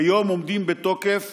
כיום עומדים בתוקף